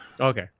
Okay